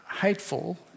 hateful